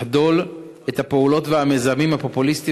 לחדול מהפעולות ומהמיזמים הפופוליסטיים